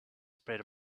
spread